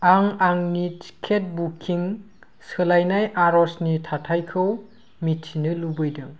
आं आंनि cab booking सोलायनाय आरजनि थाथायखौ मिथिनो लुबैदों